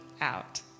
out